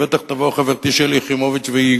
הממעיטים, ובטח תבוא חברתי, שלי יחימוביץ, והיא